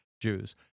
Jews—